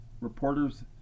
reporters